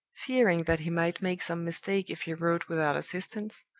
fearing that he might make some mistake if he wrote without assistance,